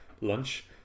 lunch